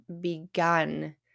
begun